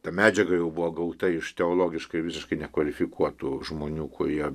ta medžiaga jau buvo gauta iš teologiškai visiškai nekvalifikuotų žmonių kurie